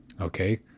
Okay